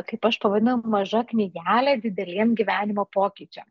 kaip aš pavadinau maža knygelė dideliem gyvenimo pokyčiam